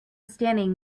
standing